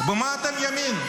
במה אתם ימין?